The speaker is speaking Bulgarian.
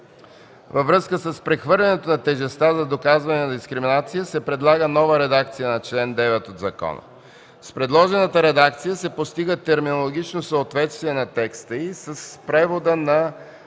Във връзка с прехвърлянето на тежестта за доказване на дискриминация се предлага нова редакция на чл. 9 от закона. С предложената редакция се постига терминологично съответствие на текста му с превода на